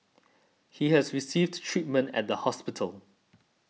he has received treatment at the hospital